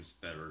better